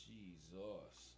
Jesus